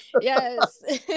Yes